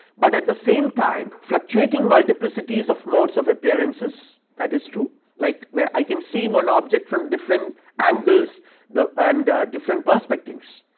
but at the same time fluctuating multiplicities of modes of appearances that is true like where i can see one object from different angles the and different perspectives.